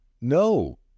No